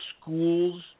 schools